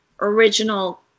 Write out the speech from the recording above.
original